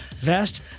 vest